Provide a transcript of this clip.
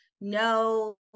no